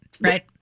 Right